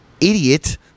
idiot